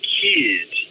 kids